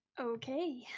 Okay